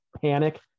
panic